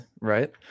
right